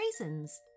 raisins